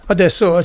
Adesso